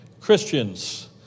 Christians